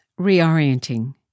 reorienting